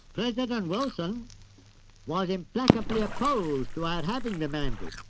president wilson was implacably opposed to our having the mandate,